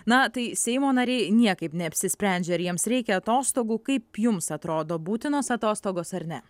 na tai seimo nariai niekaip neapsisprendžia ar jiems reikia atostogų kaip jums atrodo būtinos atostogos ar ne